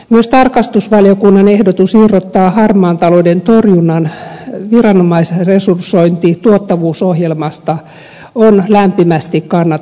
myös tarkastusvaliokunnan ehdotus irrottaa harmaan talouden torjunnan viranomaisresursointi tuottavuusohjelmasta on lämpimästi kannatettava